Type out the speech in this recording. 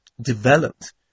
developed